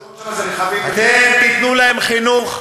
רוב התאונות שם זה רכבים, אתם תיתנו להם חינוך,